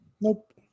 Nope